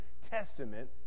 Testament